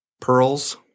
pearls